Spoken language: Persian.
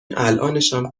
الانشم